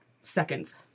seconds